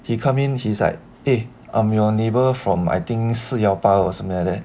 he come in he's like eh I'm your neighbour from I think 四一八二 or something like that